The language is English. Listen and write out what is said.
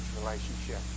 relationship